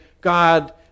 God